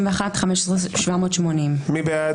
14,921 עד 14,940, מי בעד?